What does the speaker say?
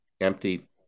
empty